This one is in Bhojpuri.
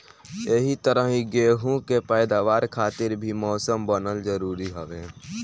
एही तरही गेंहू के पैदावार खातिर भी मौसम बनल जरुरी हवे